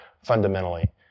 fundamentally